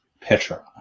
Petra